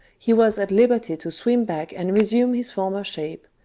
he was at liberty to swim back and resume his former shape,